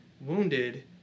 wounded